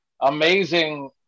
amazing